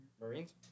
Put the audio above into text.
Marines